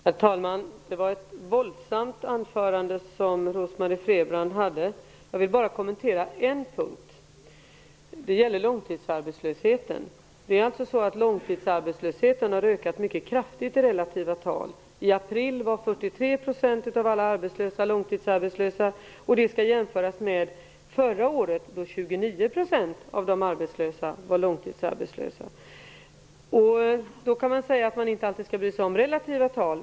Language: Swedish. Herr talman! Det var ett våldsamt anförande som Rose-Marie Frebran höll. Jag vill bara kommentera en punkt. Det gäller långtidsarbetslösheten. Långtidsarbetslösheten har ökat mycket kraftigt i relativa tal. I april var 43 % av alla arbetslösa långtidsarbetslösa. Det skall jämföras med förra året, då 29 % av de arbetslösa var långtidsarbetslösa. Man skall inte alltid bry sig om relativa tal.